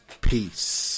Peace